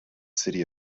city